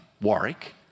Warwick